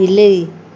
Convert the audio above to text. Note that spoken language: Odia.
ବିଲେଇ